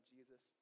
Jesus